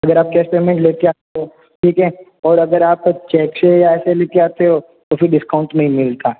अगर आप cash payment लेके आते हो ठीक है और अगर आप चेक से या ऐसे लेके आते हो तो फिर डिस्काउंट नहीं मिलता